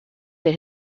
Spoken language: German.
der